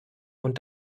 und